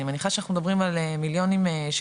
אני מניחה שאנחנו מדברים על מיליונים של